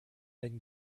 then